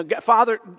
Father